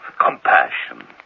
Compassion